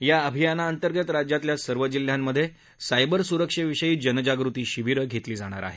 या अभियानाअंतर्गत राज्यातल्या सर्व जिल्ह्यांमध्ये सायबर सुरक्षेविषयी जनजागृती शिबीरं घेतली जातील